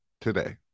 today